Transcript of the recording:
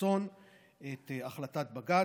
ברצון את החלטת בג"ץ.